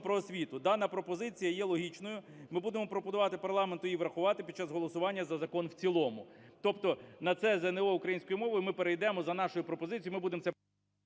"Про освіту". Дана пропозиція є логічною, ми будемо пропонувати парламенту її врахувати під час голосування за закон в цілому. Тобто на це ЗНО українською мовою ми перейдемо за нашою пропозицією,